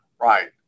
right